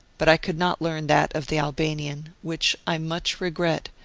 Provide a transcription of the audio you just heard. but i could not learn that of the albanian, which i much regret,